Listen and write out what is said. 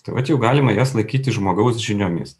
tai vat jau galima jas laikyti žmogaus žiniomis